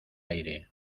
aire